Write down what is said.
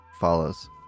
follows